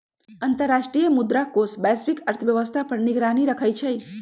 अंतर्राष्ट्रीय मुद्रा कोष वैश्विक अर्थव्यवस्था पर निगरानी रखइ छइ